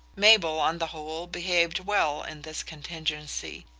mabel, on the whole, behaved well in this contingency.